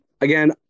Again